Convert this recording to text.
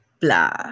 blah